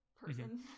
person